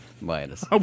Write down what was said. minus